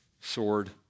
sword